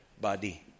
body